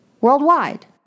worldwide